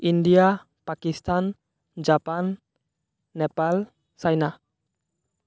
India Pakistan Japan Nepal China